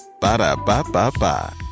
Ba-da-ba-ba-ba